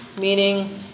meaning